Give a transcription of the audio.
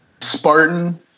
Spartan